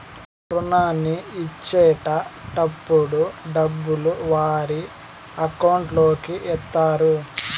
రుణాన్ని ఇచ్చేటటప్పుడు డబ్బులు వారి అకౌంట్ లోకి ఎత్తారు